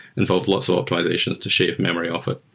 involved lots of optimizations to shave memory off it.